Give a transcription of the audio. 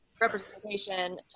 representation